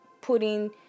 putting